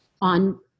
on